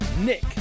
Nick